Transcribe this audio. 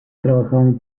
trabajaban